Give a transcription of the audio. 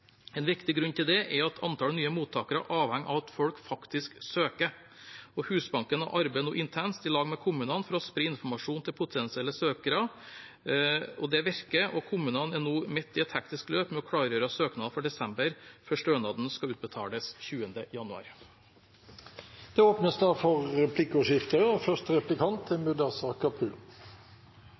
En viktig grunn til det er at antall nye mottakere avhenger av at folk faktisk søker. Husbanken arbeider nå intenst sammen med kommunene for å spre informasjon til potensielle søkere. Det virker, og kommunene er nå midt i et hektisk løp med å klargjøre søknader for desember før stønaden skal utbetales 20. januar. Det blir replikkordskifte. I desember behandlet vi en sak om bostøtte, og